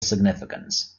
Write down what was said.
significance